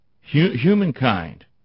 humankind